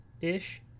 ish